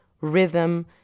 rhythm